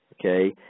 Okay